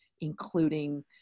including